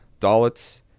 Dalits